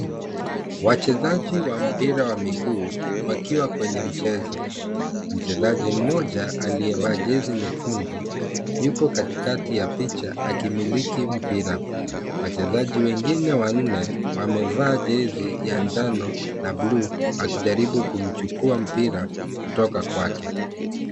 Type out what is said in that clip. Wachezaji wa mpira wa miguu wakiwa kwenye mchezo. Mchezaji mmoja aliyevaa jezi nyekundu yuko katikati ya picha akimiliki mpira. Wachezaji wengine wanne wamevaa jezi ya njano na buluu wakijaribu kuchukua mpira kutoka kwake.